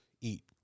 eat